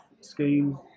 scheme